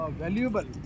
valuable